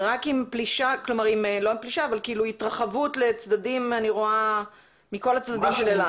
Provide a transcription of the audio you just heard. רק עם התרחבות מכל הצדדים של אלעד.